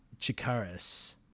chikaris